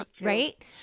right